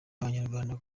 abanyarwanda